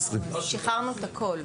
רויטל, את יודעת שאני שואל אותו ולא אותך.